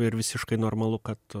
ir visiškai normalu kad